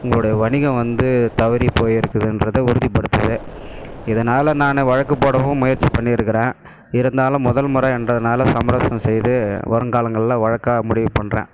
உங்களுடைய வணிகம் வந்து தவறி போயிருக்குதுன்றது உறுதிப்படுத்துது இதனால் நான் வழக்கு போடவும் முயற்சி பண்ணியிருக்கறேன் இருந்தாலும் முதல் முறை என்றதனால சமரசம் செய்து வருங்காலங்களில் வழக்காட முடிவு பண்ணுறேன்